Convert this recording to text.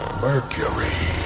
Mercury